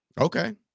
Okay